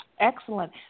Excellent